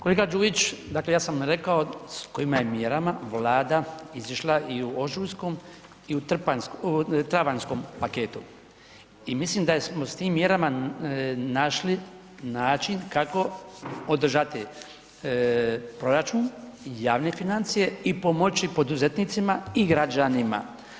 Kolega Đujić, dakle ja sam rekao s kojima je mjerama Vlada izišla i u ožujskom i u travanjskom paketu i mislim da smo s tim mjerama našli način kako održati proračun, javne financije i pomoći poduzetnicima i građanima.